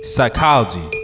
Psychology